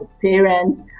parents